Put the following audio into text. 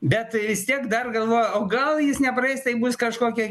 bet vis tiek dar galvoja o gal jis nepraeis tai bus kažkokie